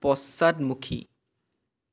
পশ্চাদমুখী